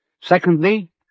Secondly